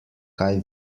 kaj